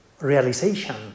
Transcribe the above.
realization